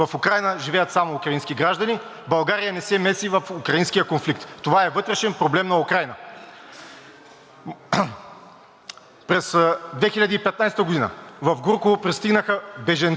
През 2015 г. в Гурково пристигнаха бежанци от Луганска и от Донецка област. Българската държава така и не им даде паспорти. Тук искам да направя един анонс как реагира Полша.